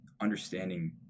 understanding